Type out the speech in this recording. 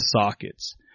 sockets